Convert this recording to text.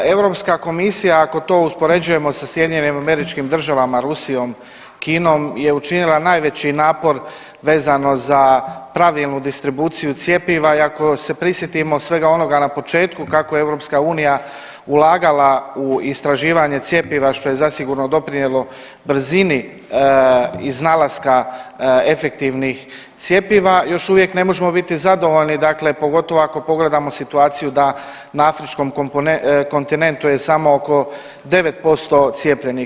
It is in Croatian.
Europska komisija ako to uspoređujemo sa SAD-om, Rusijom i Kinom je učinila najveći napor vezano za pravilnu distribuciju cjepiva i ako se prisjetimo svega onoga na početku kako je EU ulagala u istraživanje cjepiva što je zasigurno doprinjelo brzini iznalaska efektivnih cjepiva, još uvijek ne možemo biti zadovoljni dakle pogotovo ako pogledamo situaciju da na afričkom kontinentu je samo oko 9% cijepljenih.